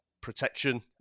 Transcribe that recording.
protection